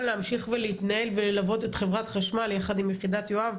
להמשיך ולהתנהל וללוות את חברת החשמל עם יחידת יואב,